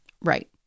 Right